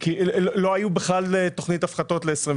כי לא היו בכלל תוכנית הפחתות ל-24'.